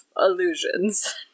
illusions